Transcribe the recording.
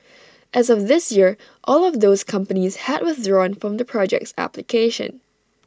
as of this year all of those companies had withdrawn from the project's application